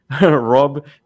Rob